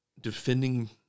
defending